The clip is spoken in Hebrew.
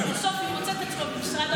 בסוף היא מוצאת את עצמה במשרד הרווחה.